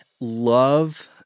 love